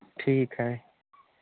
ठीक है